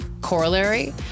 corollary